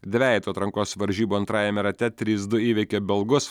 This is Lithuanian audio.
dvejetų atrankos varžybų antrajame rate trys du įveikė belgus